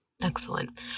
Excellent